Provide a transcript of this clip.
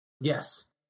Yes